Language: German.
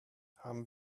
haben